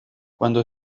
cuando